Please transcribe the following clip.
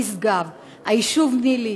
משגב, היישוב ניל"י,